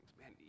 man